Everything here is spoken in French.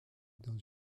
dans